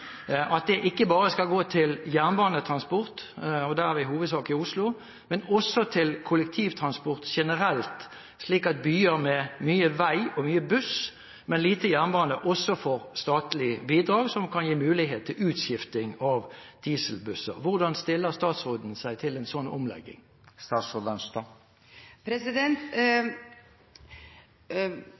at de midlene ikke bare skal gå til jernbanetransport – og da er vi i hovedsak i Oslo – men også til kollektivtransport generelt, slik at byer med mye vei og mye buss, men lite jernbane, også får statlige bidrag, som kan gi mulighet til utskifting av dieselbusser. Hvordan stiller statsråden seg til en slik omlegging?